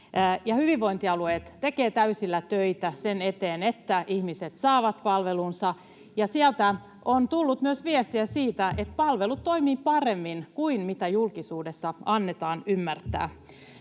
hyvinvointialueet tekevät täysillä töitä sen eteen, että ihmiset saavat palvelunsa. Sieltä on tullut myös viestiä siitä, että palvelut toimivat paremmin kuin julkisuudessa annetaan ymmärtää.